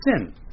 sin